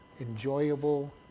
enjoyable